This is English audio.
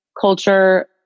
culture